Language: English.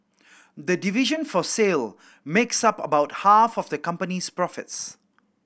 the division for sale makes up about half of the company's profit